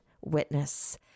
witness